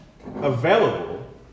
Available